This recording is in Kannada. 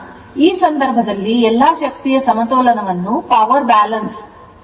ಆದ್ದರಿಂದ ಈ ಸಂದರ್ಭದಲ್ಲಿ ಎಲ್ಲಾ ಶಕ್ತಿಯ ಸಮತೋಲನವನ್ನು ತೋರಿಸಲಾಗುತ್ತದೆ